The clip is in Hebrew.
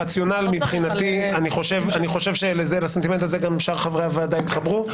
הרציונל מבחינתי ואני חושב שלסנטימנט הזה גם שאר חברי הוועדה יתחברו,